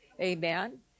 Amen